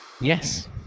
yes